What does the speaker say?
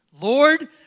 Lord